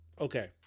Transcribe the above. Okay